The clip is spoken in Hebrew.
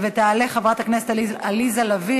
תעלה חברת הכנסת עליזה לביא.